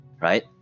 right